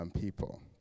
people